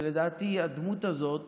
ולדעתי הדמות הזאת